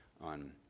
on